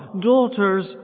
daughters